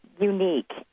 unique